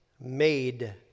made